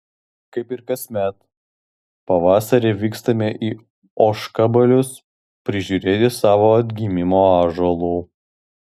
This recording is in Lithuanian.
kaip ir kasmet pavasarį vykstame į ožkabalius prižiūrėti savo atgimimo ąžuolų